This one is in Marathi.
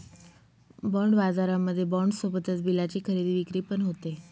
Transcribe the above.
बाँड बाजारामध्ये बाँड सोबतच बिलाची खरेदी विक्री पण होते